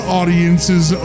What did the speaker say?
audiences